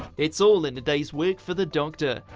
it's all in a day's work for the doctor.